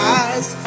eyes